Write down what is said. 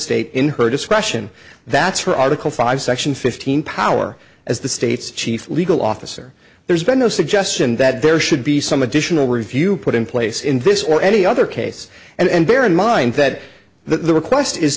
state in her discretion that's her article five section fifteen power as the state's chief legal officer there's been no suggestion that there should be some additional review put in place in this or any other case and bear in mind that the request is